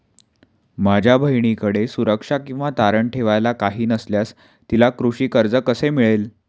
माझ्या बहिणीकडे सुरक्षा किंवा तारण ठेवायला काही नसल्यास तिला कृषी कर्ज कसे मिळेल?